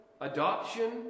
adoption